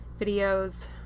videos